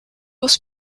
was